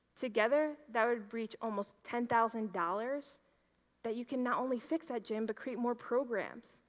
together that would reach almost ten thousand dollars that you cannot only fix that gym, but create more programs.